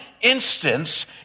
instance